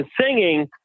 singing